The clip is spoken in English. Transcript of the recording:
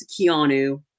Keanu